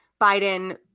Biden